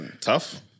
Tough